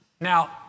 Now